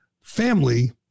family